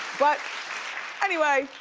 but anyway,